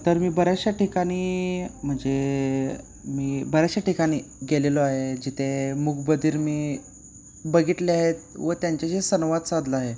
तर मी बऱ्याचशा ठिकाणी म्हणजे मी बऱ्याचशा ठिकाणी गेलेलो आहे जिथे मूकबधीर मी बघितले आहेत व त्यांच्याशी संवाद साधला आहे